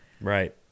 Right